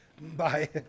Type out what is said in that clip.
Bye